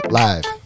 live